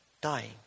dying